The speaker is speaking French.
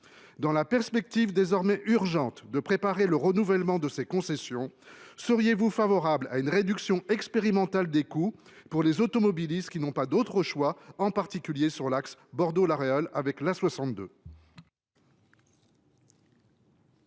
Dans la perspective désormais urgente de la préparation du renouvellement de ces concessions, seriez vous favorable à une réduction expérimentale des coûts pour les automobilistes qui n’ont pas d’autres choix, en particulier sur l’axe Bordeaux La Réole avec l’A62 ?